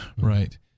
Right